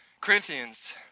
Corinthians